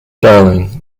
darling